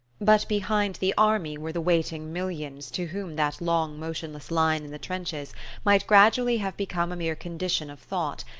but behind the army were the waiting millions to whom that long motionless line in the trenches might gradually have become a mere condition of thought,